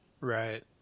Right